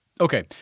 Okay